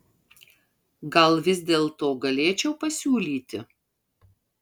gal vis dėlto galėčiau pasiūlyti